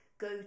go